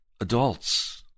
adults